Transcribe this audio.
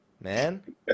man